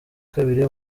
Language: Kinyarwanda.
kabiri